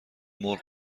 مرغ